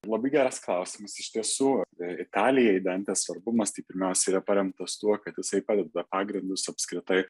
labai geras klausimas iš tiesų tai italijoj dantės svarbu tai pirmiausiai yra paremtas tuo kad jisai padeda pagrindus apskritai